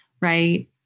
right